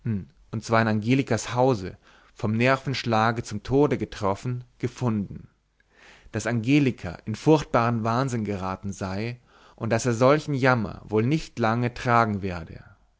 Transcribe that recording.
und zwar in angelikas hause vom nervenschlage zum tode getroffen gefunden daß angelika in furchtbaren wahnsinn geraten sei und daß er solchen jammer wohl nicht lange tragen werde